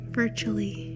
virtually